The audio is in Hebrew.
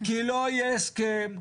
כי לא יהיה הסכם,